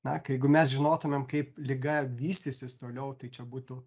na jeigu mes žinotumėm kaip liga vystysis toliau tai čia būtų